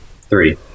Three